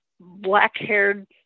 black-haired